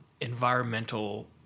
environmental